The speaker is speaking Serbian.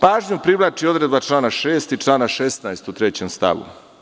Pažnju privlači odredba člana 6. i člana 16. u 3. stavu.